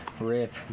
rip